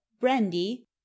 brandy